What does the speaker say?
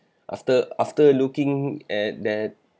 after after looking at that